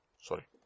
Sorry